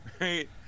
right